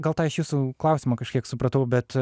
gal tą aš jūsų klausimą kažkiek supratau bet